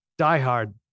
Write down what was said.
diehard